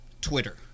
Twitter